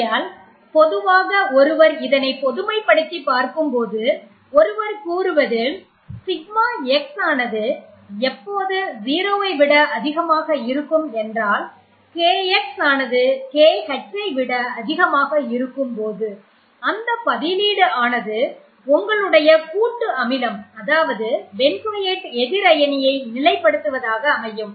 ஆகையால் பொதுவாக ஒருவர் இதனை பொதுமைப்படுத்தி பார்க்கும்போது ஒருவர் கூறுவது σx ஆனது எப்போது 0 ஐ விட அதிகமாக இருக்கும் என்றால் KX ஆனது KH ஐ விட அதிகமாக இருக்கும்போது அந்த பதிலீடு ஆனது உங்களுடைய கூட்டு அமிலம் அதாவது பென்சோயேட் எதிர் அயனியை நிலை படுத்துவதாக அமையும்